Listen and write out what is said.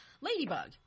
ladybug